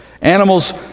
Animals